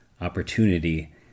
opportunity